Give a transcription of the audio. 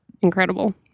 incredible